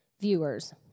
viewers